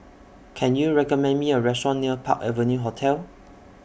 Can YOU recommend Me A Restaurant near Park Avenue Hotel